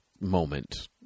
moment